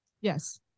Yes